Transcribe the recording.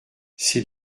ses